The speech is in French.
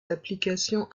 applications